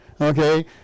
okay